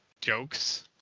jokes